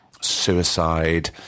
suicide